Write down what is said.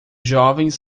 jovens